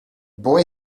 boy